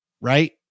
Right